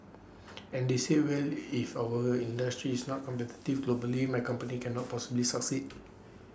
and they said well if our industry is not competitive globally my company cannot possibly succeed